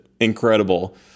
incredible